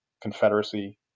Confederacy